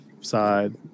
side